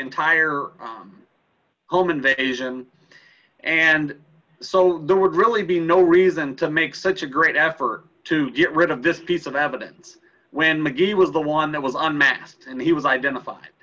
entire home invasion and so there would really be no reason to make such a great effort to get rid of this piece of evidence when mcgee was the one that was unmasked and he was identified